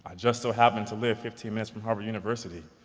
ah just so happened to live fifteen minutes from harvard university.